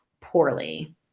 poorly